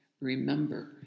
remember